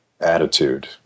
attitude